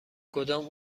کدام